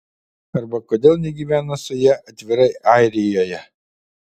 arba kodėl negyvena su ja atvirai airijoje